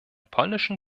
polnischen